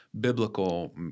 biblical